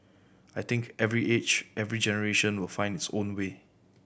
I think every age every generation will find its own way